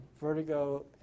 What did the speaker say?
vertigo